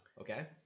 Okay